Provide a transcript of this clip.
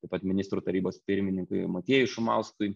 taip pat ministrų tarybos pirmininkui motiejui šumauskui